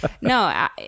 no